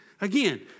again